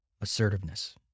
assertiveness